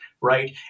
right